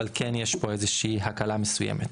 אבל כן יש פה איזו שהיא הקלה מסוימת.